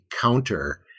counter